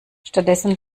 stattdessen